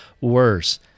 worse